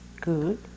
Good